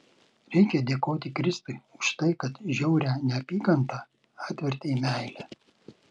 reikia dėkoti kristui už tai kad žiaurią neapykantą atvertė į meilę